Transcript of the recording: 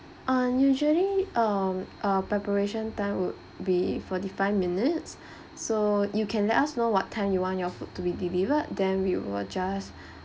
um usually um uh preparation would be forty five minutes so you can let us know what time you want your food to be delivered then we will just